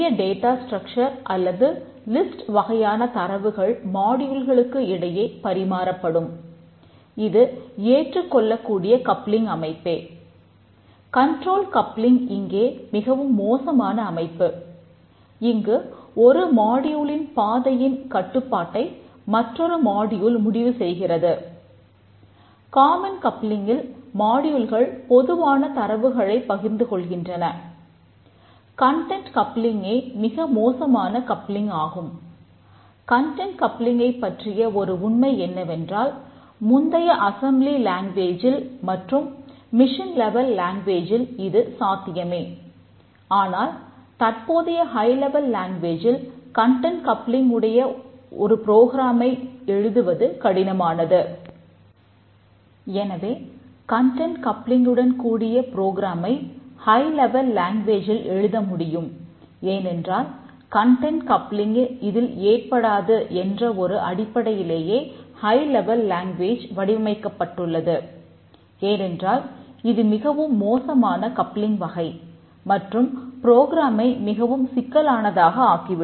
stamp கப்ளிங்கில் மிகவும் சிக்கலானதாக ஆக்கிவிடும்